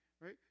right